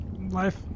life